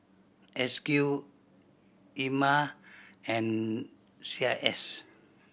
S Q Ema and C I S